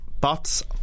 Bots